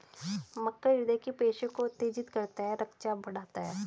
मक्का हृदय की पेशियों को उत्तेजित करता है रक्तचाप बढ़ाता है